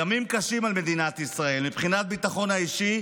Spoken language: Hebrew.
ימים קשים על מדינת ישראל מבחינת הביטחון האישי,